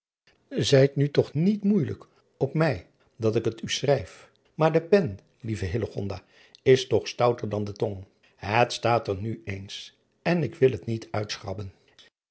ijt nu toch niet moeijelijk op mij dat ik het u schrijf maar de pen lieve is toch stouter dan de tong et staat er nu eens en ik wil het niet